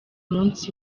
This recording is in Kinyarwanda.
munsi